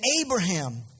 Abraham